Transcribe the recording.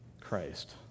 Christ